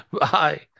Bye